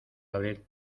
abril